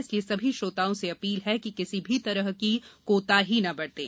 इसलिए सभी श्रोताओं से अधील है कि किसी भी तरह की कोताही न बरतें